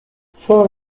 four